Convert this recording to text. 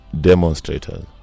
demonstrators